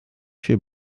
für